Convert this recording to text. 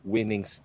Winning